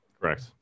Correct